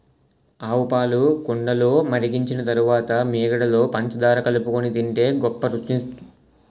ఆవుపాలు కుండలో మరిగించిన తరువాత మీగడలో పంచదార కలుపుకొని తింటే గొప్ప రుచిగుంటది